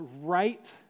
right